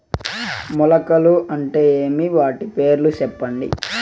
మొలకలు అంటే ఏమి? వాటి పేర్లు సెప్పండి?